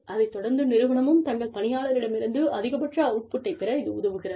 அதைத் தொடர்ந்து நிறுவனமும் தங்கள் பணியாளர்களிடமிருந்து அதிகபட்ச அவுட்புட்டை பெற இது உதவுகிறது